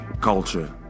culture